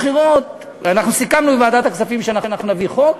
אנחנו סיכמנו עם ועדת הכספים שנביא חוק.